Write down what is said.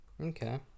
Okay